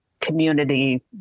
community